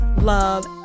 love